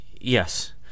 Yes